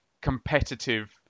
competitive